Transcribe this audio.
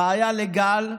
רעיה לגל,